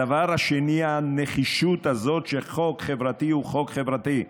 דבר שני, הנחישות הזאת, שחוק חברתי הוא חוק חברתי.